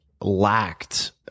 lacked